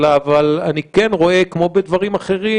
אבל אני רואה כמו בדברים אחרים,